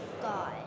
God